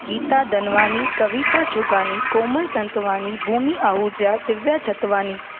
Gita Dhanwani Kavita Chhugani Komal Santwani Bhumi Ahuja Divya Chhatwani